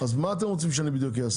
מה, בדיוק, אתם רוצים שאני אעשה?